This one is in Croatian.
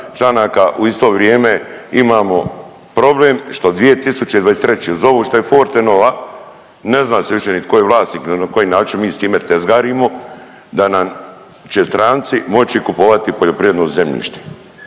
u isto vrijeme imamo problem što 2023. uz ovo što je Fortenova ne zna se više ni tko je vlasnik, ni na koji način mi s time tezgarimo da nam će stranci moći kupovati poljoprivredno zemljište.